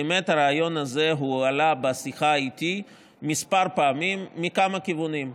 באמת הרעיון הזה הועלה בשיחה איתי כמה פעמים מכמה כיוונים,